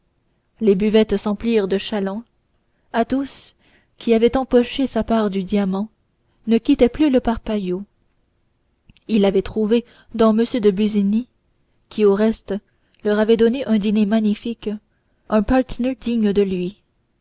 les buvettes s'emplirent de chalands athos qui avait empoché sa part du diamant ne quittait plus le parpaillot il avait trouvé dans m de busigny qui au reste leur avait donné un dîner magnifique un partner digne de lui